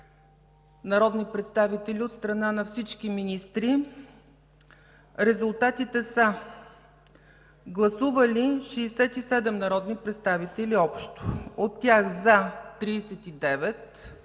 народни представители от страна на всички министри резултатите са: общо гласували 67 народни представители; от тях „за”